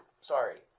Sorry